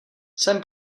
jsem